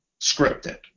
scripted